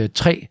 tre